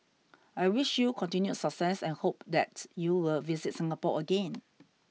I wish you continued success and hope that you will visit Singapore again